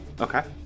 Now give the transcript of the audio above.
Okay